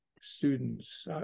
students